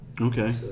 Okay